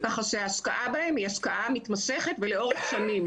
ככה שההשקעה בהם היא השקעה מתמשכת ולאורך שנים.